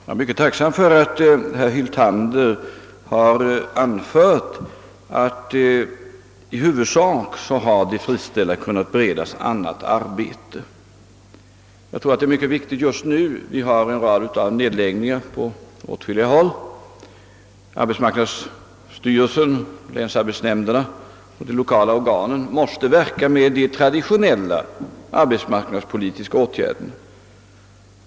Herr talman! Jag noterar tacksamt herr Hyltanders ord om att den friställda arbetskraften i huvudsak har kunnat beredas annat arbete. Det är mycket viktigt just nu, när det har lagts ned företag på olika håll. Arbetsmarknadsstyrelsen, länsarbetsnämnderna och de lokala organen måste arbeta med traditionella arbetsmarknadspolitiska åtgärder.